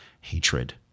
hatred